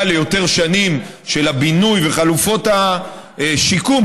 ליותר שנים של הבינוי וחלופות השיקום,